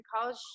College